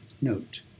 note